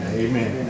amen